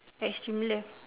that's similar